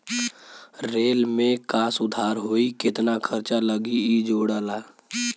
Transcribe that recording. rail में का सुधार होई केतना खर्चा लगी इ जोड़ला